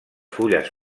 fulles